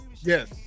Yes